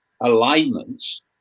alignments